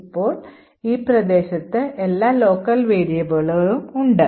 ഇപ്പോൾ ഈ പ്രദേശത്ത് എല്ലാ local variablesഉം ഉണ്ട്